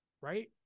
Right